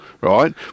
right